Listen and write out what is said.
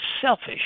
selfish